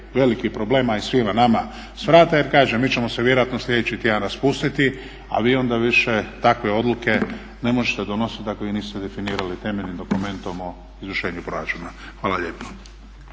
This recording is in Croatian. veliki problem a i svima nama s vrata jer kažem mi ćemo se vjerojatno slijedeći tjedan raspustiti a vi onda više takve odluke ne možete donositi, dakle vi niste definirali temeljnim dokumentom o izvršenju proračuna Hvala lijepo.